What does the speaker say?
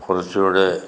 കുറച്ചുകൂടെ